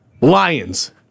lions